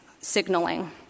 signaling